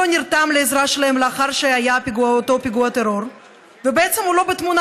לא נרתם לעזרה שלהם לאחר שהיה אותו פיגוע טרור ובעצם הוא לא בתמונה,